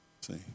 See